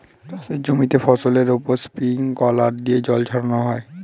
চাষের জমিতে ফসলের উপর স্প্রিংকলার দিয়ে জল ছড়ানো হয়